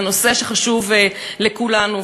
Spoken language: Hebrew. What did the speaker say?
זה נושא שחשוב לכולנו.